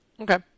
Okay